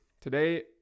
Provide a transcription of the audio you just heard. Today